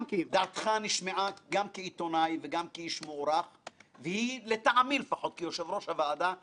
רציתי להגיב על משפט מצער